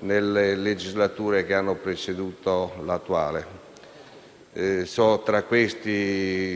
nelle legislature che hanno preceduto l'attuale. Tra questi